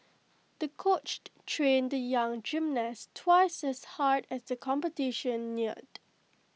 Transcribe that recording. the coach trained the young gymnast twice as hard as the competition neared